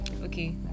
okay